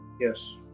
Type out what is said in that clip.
Yes